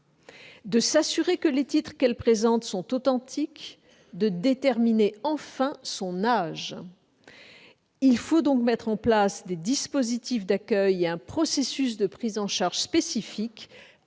de s'assurer que les titres qu'elle présente sont authentiques, de déterminer enfin son âge. Il nous faut donc mettre en place des dispositifs d'accueil et un processus de prise en charge spécifique